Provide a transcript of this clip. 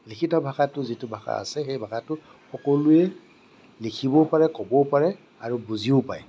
লিখিত ভাষাটো যিটো ভাষা আছে সেই ভাষাটো সকলোৱে লিখিবও পাৰে ক'বও পাৰে আৰু বুজিও পায়